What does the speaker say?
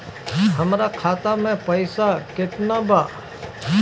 हमरा खाता में पइसा केतना बा?